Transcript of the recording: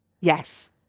Yes